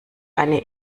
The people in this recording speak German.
eine